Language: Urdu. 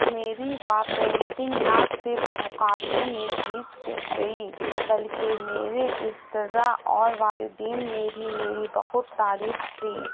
میری و پینٹنگ نہ صرف مقابلے میں جیت گئی بلکہ میرے استذا اور والدین نے بھی میری بخت تعریف کی